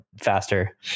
faster